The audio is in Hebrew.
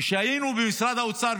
כשהיינו במשרד האוצר,